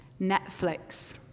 Netflix